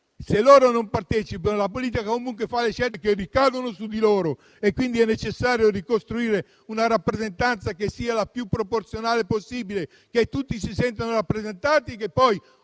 se loro non partecipano alla politica, comunque quest'ultima fa delle scelte che ricadono su di loro, quindi è necessario ricostruire una rappresentanza che sia la più proporzionale possibile, in modo che tutti si sentano rappresentati.